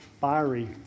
fiery